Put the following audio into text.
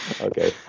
Okay